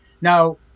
Now